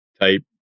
type